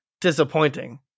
disappointing